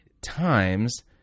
times